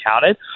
counted